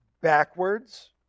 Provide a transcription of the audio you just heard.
backwards